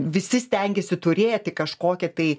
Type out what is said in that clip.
visi stengėsi turėti kažkokią tai